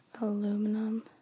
aluminum